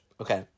Okay